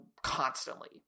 constantly